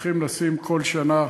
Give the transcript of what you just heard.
הולכים לשים כל שנה: